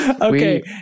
Okay